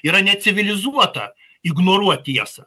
yra necivilizuota ignoruot tiesą